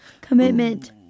commitment